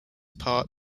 part